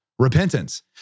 repentance